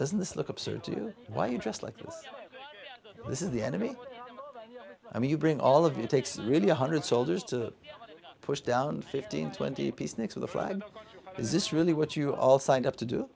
doesn't this look absurd to you why you dressed like this is the enemy i mean you bring all of you takes really one hundred soldiers to push down fifteen twenty peaceniks of the flag is this really what you all signed up to do